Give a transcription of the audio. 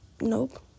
Nope